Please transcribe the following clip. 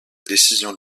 décision